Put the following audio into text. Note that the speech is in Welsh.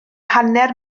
hanner